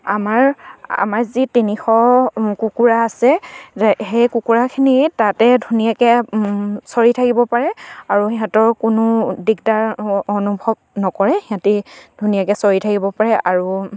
আমাৰ আমাৰ যি তিনিশ কুকুৰা আছে সেই কুকুৰাখিনি তাতে ধুনীয়াকে চৰি থাকিব পাৰে আৰু সিহঁতৰ কোনো দিগদাৰ অনুভৱ নকৰে সিহঁতি ধুনীয়াকে চৰি থাকিব পাৰে আৰু